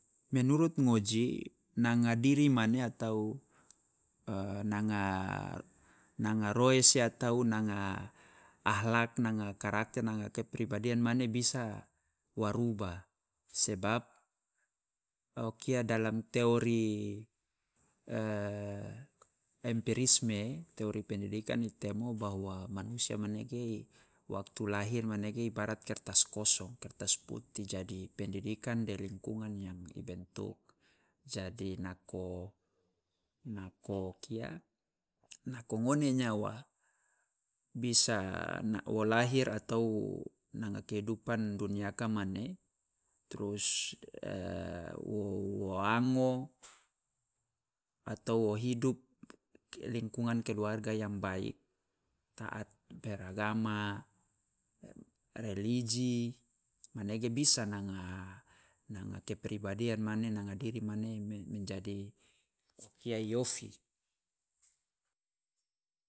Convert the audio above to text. Menurut ngoji, nanga diri mane atau nanga nanga roese atau nanga akhlak nanga karakter nanga kepribadian mane bisa wa rubah, sebab o kia dalam teori empirisme teori pendidikan i temo bahwa manusia manege waktu lahir manege ibarat kertas kosong, kertas putih jadi pendidikan de lingkungan yang i bentuk, jadi nako nako kia nako ngone nyawa bisa na- wo lahir atau nanga kehidupan duniaka mane trus wo wo wango atau wo hidup ke- lingkungan keluarga yang baik, taat beragama, religi, manege bisa nanga kepribadian mane nanga diri mane menjadi o kia i ofi.